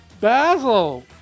Basil